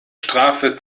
strafe